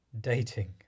dating